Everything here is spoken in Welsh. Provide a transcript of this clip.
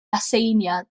aseiniad